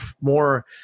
more